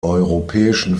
europäischen